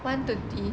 one thirty